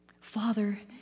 Father